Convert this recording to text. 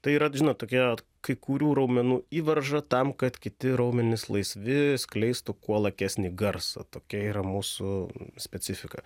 tai yra žinot tokia kai kurių raumenų įvaržą tam kad kiti raumenys laisvi skleistų kuo lakesnį garsą tokia yra mūsų specifika